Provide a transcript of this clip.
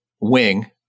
wing